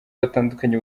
batandukanye